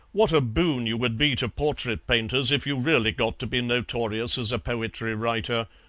what a boon you would be to portrait painters if you really got to be notorious as a poetry writer.